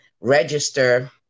register